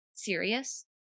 serious